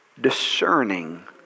discerning